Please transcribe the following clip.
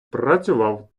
працював